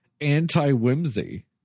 anti-whimsy